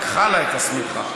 לקחה לה את השמיכה.